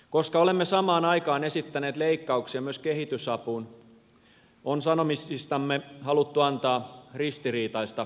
koska olemme samaan aikaan esittäneet leikkauksia myös kehitysapuun on sanomisistamme haluttu antaa ristiriitais ta vaikutelmaa